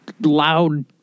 Loud